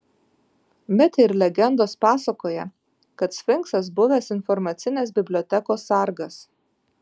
mitai ir legendos pasakoja kad sfinksas buvęs informacinės bibliotekos sargas